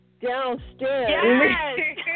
Downstairs